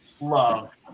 love